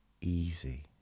easy